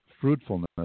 fruitfulness